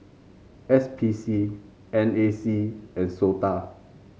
S P C N A C and SOTA